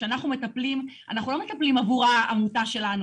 שאנחנו מטפלים - אנחנו לא מטפלים עבור העמותה שלנו.